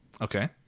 Okay